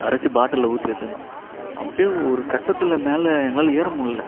கரைத்து பாட்டில்ல ஊற்றி வச்சு இருந்தோம் அப்படே ஒரு கட்டத்தில் மேலே எங்களால் ஏறமுல்ல